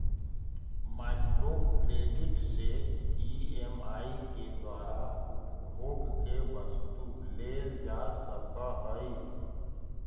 micro credit से EMI के द्वारा उपभोग के वस्तु लेल जा सकऽ हई